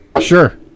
Sure